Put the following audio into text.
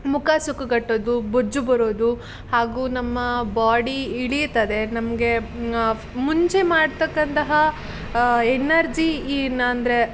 ಮುಖ ಸುಕ್ಕುಗಟ್ಟೋದು ಬೊಜ್ಜು ಬರೋದು ಹಾಗು ನಮ್ಮ ಬಾಡಿ ಇಳಿತದೆ ನಮಗೆ ಮುಂಚೆ ಮಾಡ್ತಕ್ಕಂತಹ ಎನರ್ಜಿ ಏನೆಂದ್ರೆ